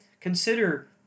consider